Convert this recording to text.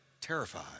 terrified